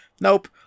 nope